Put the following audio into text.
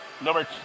number